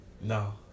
No